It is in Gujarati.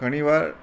ઘણીવાર